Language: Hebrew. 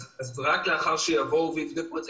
אז רק לאחר שיבואו ויבדקו את זה...